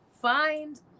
find